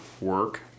work